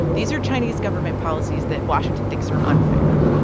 these are chinese government policies that washington thinks are unfair.